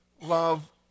love